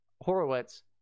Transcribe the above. Horowitz